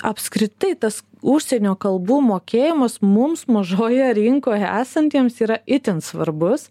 apskritai tas užsienio kalbų mokėjimas mums mažoje rinkoje esantiems yra itin svarbus